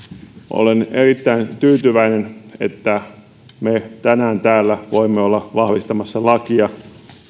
olen erittäin tyytyväinen että me tänään täällä voimme olla vahvistamassa lakia